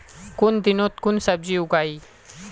कुन दिनोत कुन सब्जी उगेई?